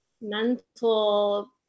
mental